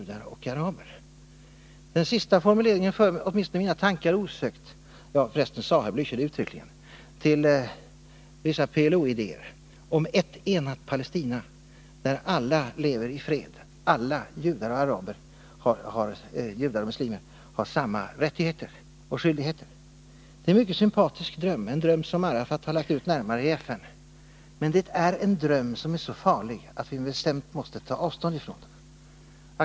Den sista formuleringen i herr Bläöchers inlägg förde åtminstone mina tankar osökt till vissa PLO-ideal om ett enat Palestina — förresten sade herr Nr 35 Blächer detta uttryckligen —, där alla, både judar och muslimer, lever i fred Onsdagen den och har samma rättigheter och skyldigheter. Det är en mycket sympatisk 26 november 1980 dröm, en dröm som Yassir Arafat närmare har utvecklat i FN. Men det är en dröm som är så farlig, att vi bestämt måste ta avstånd från den.